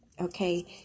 Okay